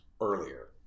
earlier